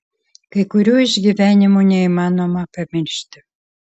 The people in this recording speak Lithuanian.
kai kurių išgyvenimų neįmanoma pamiršti